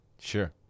Sure